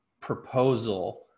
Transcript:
proposal